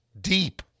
deep